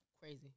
Crazy